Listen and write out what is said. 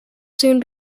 soon